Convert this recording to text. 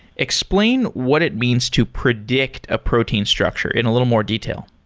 explain what it means to predict a protein structure in a little more detail.